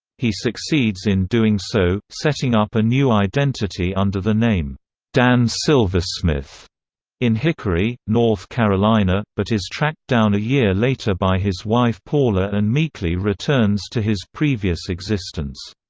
he succeeds in doing so, setting up a new identity under the name dan silversmith in hickory, north carolina, but is tracked down a year later by his wife paula and meekly returns to his previous existence.